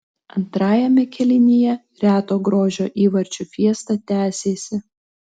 antrajame kėlinyje reto grožio įvarčių fiesta tęsėsi